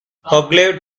ogilvy